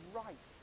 right